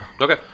Okay